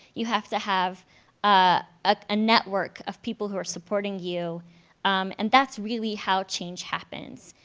you have to have a ah ah network of people who are supporting you and that's really how change happens.